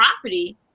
property